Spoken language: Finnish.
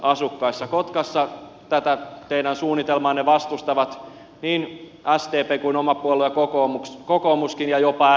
kotkassa tätä teidän suunnitelmaanne vastustavat niin sdp kuin oma puolue kokoomuskin ja jopa rkp